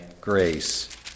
grace